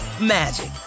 magic